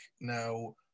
now